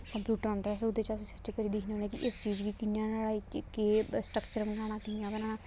computer औंदा ऐ अस ओह्दे च बी सर्च करियै दिक्खने होन्ने कि इस चीज गी कि'यां नुबाड़ा केह् स्ट्रक्चर बनाना कि'यां बनाना